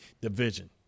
division